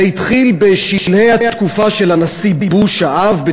זה התחיל בשלהי התקופה של הנשיא בוש האב.